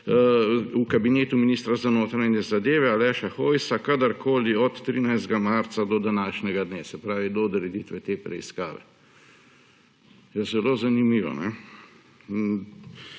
v kabinetu ministra za notranje zadeve Aleša Hojsa kadarkoli od 13. marca do današnjega dne, se pravi do odreditve te preiskave. Ja, zelo zanimivo.